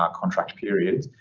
ah contract periods,